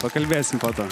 pakalbėsim po to